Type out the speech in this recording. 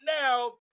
now